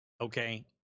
Okay